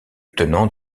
tenant